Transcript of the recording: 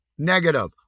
negative